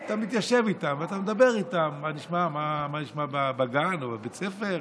אבל אתה מתיישב איתם ואתה מדבר איתם: מה נשמע בגן או בבית הספר?